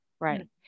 right